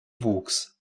wuchs